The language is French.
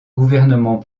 gouvernement